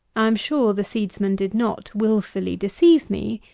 i am sure the seedsman did not wilfully deceive me.